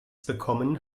bekommen